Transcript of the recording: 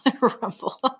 Rumble